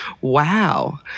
wow